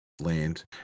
land